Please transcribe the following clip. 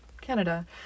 Canada